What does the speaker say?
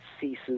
ceases